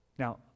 Now